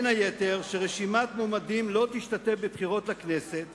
בין היתר, ש"רשימת מועמדים לא תשתתף בבחירות לכנסת